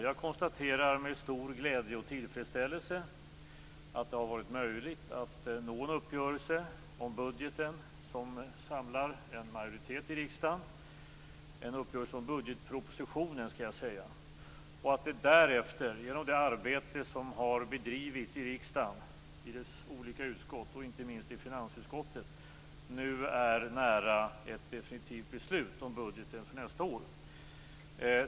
Jag konstaterar med stor glädje och tillfredsställelse att det har varit möjligt att nå en uppgörelse om budgetpropositionen som samlar en majoritet i riksdagen och att vi därefter genom det arbete som har bedrivits i riksdagens olika utskott, inte minst i finansutskottet, nu är nära ett definitivt beslut om budgeten för nästa år.